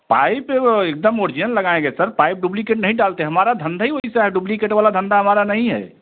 pipe व एक दम ओरिजिनल लगाएँगे सर पाइप डुप्लीकेट नहीं डालते हमारा धंधा ही वैसा है डुप्लीकेट वाला धंधा हमारा नहीं है